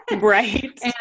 right